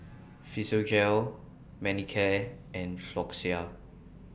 Physiogel Manicare and Floxia